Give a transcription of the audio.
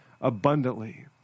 abundantly